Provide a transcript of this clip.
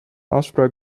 afspraak